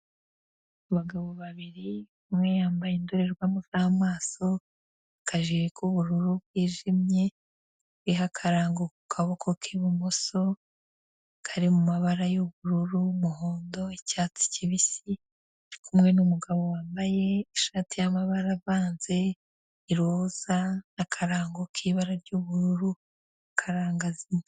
Abagabo babiri, umwe yambaye indorerwamo z'amaso, akajire k'ubururu bwijimye, hariho akarango ku kaboko k'ibumoso, kari mu mabara y'ubururu n'umuhondo, icyatsi kibisi, ari kumwe n'umugabo wambaye ishati y'amabara avanze, iroza n'akarango k'ibara ry'ubururu.